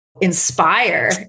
inspire